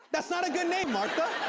that's not a good name, martha.